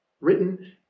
written